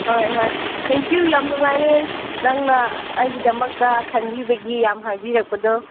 ꯍꯣꯏ ꯍꯣꯏ ꯊꯦꯡꯀ꯭ꯌ ꯌꯥꯝ ꯅꯨꯡꯉꯥꯏꯔꯦ ꯅꯪꯅ ꯑꯩꯒꯤꯗꯃꯛꯇ ꯈꯟꯕꯤꯕꯒꯤ ꯌꯥꯝ ꯍꯥꯏꯕꯤꯔꯛꯄꯗꯣ